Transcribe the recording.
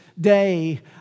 day